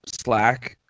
slack